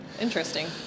interesting